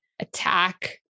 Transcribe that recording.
attack